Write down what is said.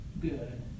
good